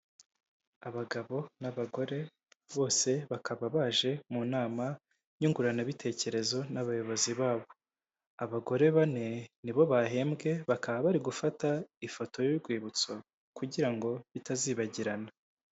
Abagabo n'abagore bose bakaba baje mu nama nyunguranabitekerezo n'abayobozi babo. Abagore bane ni bo bahembwe bakaba bari gufata ifoto y'urwibutso kugira ngo bitazibagirana.